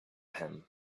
him